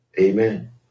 Amen